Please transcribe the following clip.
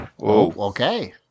Okay